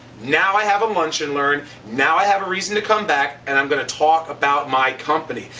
now i have a lunch and learn. now i have a reason to come back. and i'm gonna talk about my company.